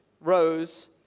rose